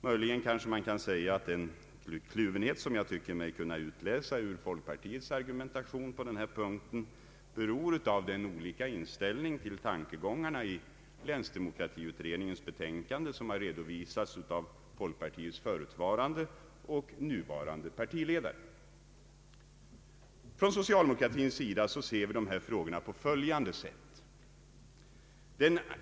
Möjligen kanske man kan säga att den kluvenhet som jag tycker mig kunna utläsa ur folkpartiets argumentation på denna punkt beror på den olikartade inställning till tankegångarna i länsdemokratiutredningens betänkande som har redovisats av folkpartiets förutvarande och nuvarande partiledare. Inom socialdemokratin ser vi dessa frågor på följande sätt.